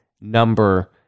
number